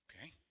okay